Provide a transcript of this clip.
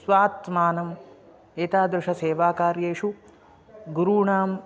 स्वात्मानम् एतादृशसेवाकार्येषु गुरूणां